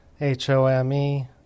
H-O-M-E